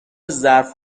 ظرف